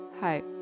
Hi